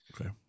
Okay